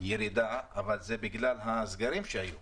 ירידה אבל זה בגלל הסגרים שהיו,